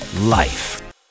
life